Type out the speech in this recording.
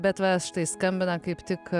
bet va štai skambina kaip tik